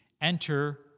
enter